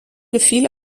gefiel